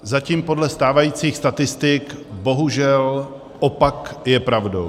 Zatím podle stávajících statistik bohužel opak je pravdou.